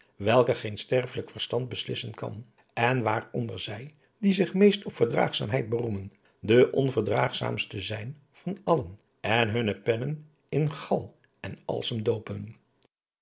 welke geen sterfelijk verstand beslissen kan ën waaronder zij die zich meest op verdraagzaamheid beroemen de onverdraagzaamste zijn van allen en hunne pennen in gal en alsem doopen